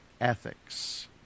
ethics